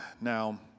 now